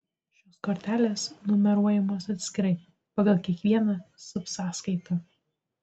šios kortelės numeruojamos atskirai pagal kiekvieną subsąskaitą